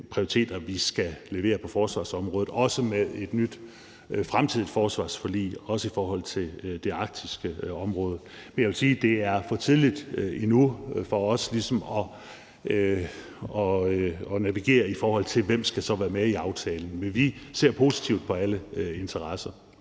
prioriteter vi skal foretage på forsvarsområdet, også med et fremtidigt forsvarsforlig, og også i forhold til det arktiske område. Men jeg vil sige, at det er for tidligt for os endnu ligesom at navigere, i forhold til hvem der så skal være med i aftalen, men vi ser positivt på alle interesser.